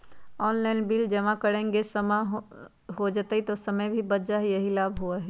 Online bill जमा करे से समय पर जमा हो जतई और समय भी बच जाहई यही लाभ होहई?